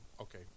okay